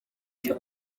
cyo